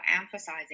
emphasizing